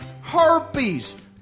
Herpes